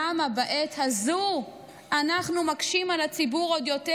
למה בעת הזו אנחנו מקשים על הציבור עוד יותר?